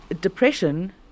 depression